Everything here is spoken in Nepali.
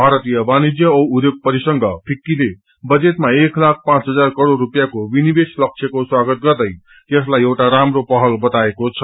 भारतीय वाणिज्य औ उध्योग परिसंघ फिक्कीले बजेटमा एक जलाख पाँच हजार करोड़ रूपियाँको विनिवेश लक्ष्यको स्वागत गर्दै यसलाई एउटा राम्रो पहल बताएको छ